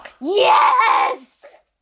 Yes